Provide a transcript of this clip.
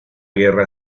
guerra